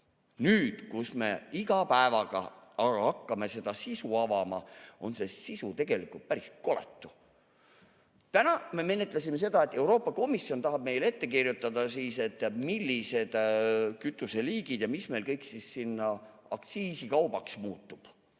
Nüüd, kus me iga päevaga [rohkem] hakkame seda sisu avama, on see sisu tegelikult päris koletu. Täna me menetlesime seda, et Euroopa Komisjon tahab meile ette kirjutada, millised kütuseliigid ja mis kõik meil aktsiisikaubaks muutuvad.